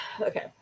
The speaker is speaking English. okay